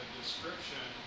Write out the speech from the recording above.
description